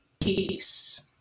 Peace